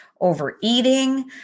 Overeating